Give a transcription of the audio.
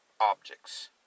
objects